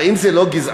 האם זה לא גזענות?